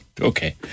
Okay